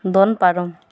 ᱫᱚᱱ ᱯᱟᱨᱚᱢ